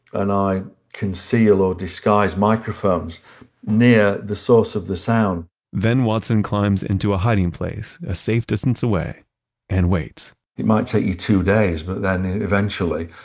and i can seal or disguised microphones near the source of the sound then watson climbs into a hiding place, a safe distance away and waits it might take you two days, but then eventually,